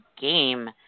game –